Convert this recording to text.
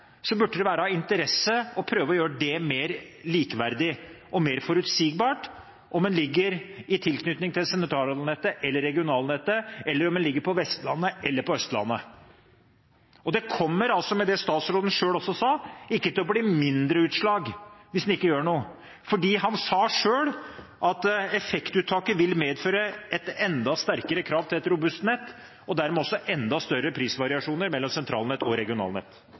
burde det være av interesse å prøve å gjøre det mer likeverdig og mer forutsigbart – om en ligger i tilknytning til sentralnettet eller regionalnettet, eller om en ligger på Vestlandet eller på Østlandet. Det kommer, med det statsråden selv også sa, ikke til å bli mindre utslag hvis en ikke gjør noe. Han sa selv at effektuttaket vil medføre et enda sterkere krav til et robust nett og dermed også enda større prisvariasjoner mellom sentralnett og regionalnett.